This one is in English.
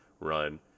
run